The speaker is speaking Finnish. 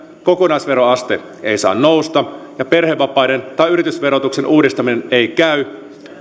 kokonaisveroaste ei saa nousta ja perhevapaiden tai yritysverotuksen uudistaminen ei käy